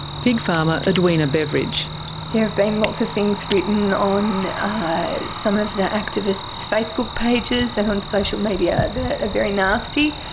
pig farmer edwina beveridge there have been lots of things written on some of the activists' facebook pages and on social media that are very nasty.